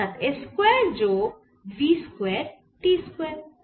অর্থাৎ s square যোগ v square t square